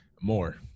More